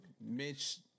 Mitch